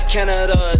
Canada